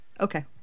Okay